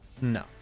No